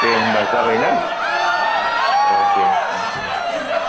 दे होनबा जाबायना औ दे